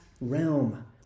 realm